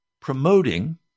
promoting